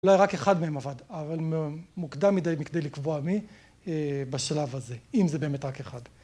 אולי רק אחד מהם עבד, אבל מוקדם מדי מכדי לקבוע מי בשלב הזה, אם זה באמת רק אחד.